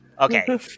Okay